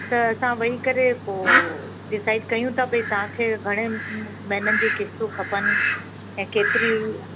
त असां वेही करे पोइ डिसाइड कयूं था भाई तव्हां घणे महीननि जी किश्तू खपनि ऐं केतिरी